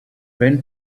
went